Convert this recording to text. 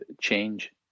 change